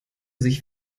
sich